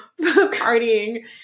partying